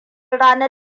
rana